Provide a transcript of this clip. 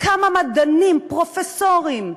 כמה מדענים, פרופסורים,